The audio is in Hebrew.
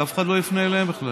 שאף אחד לא יפנה אליהם בכלל.